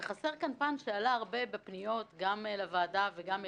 וחסר כאן פן שעלה הרבה בפניות גם לוועדה וגם אלינו,